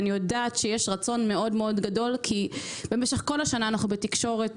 אני יודעת שיש רצון גדול מאוד כי במשך כל השנה אנחנו בתקשורת,